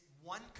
one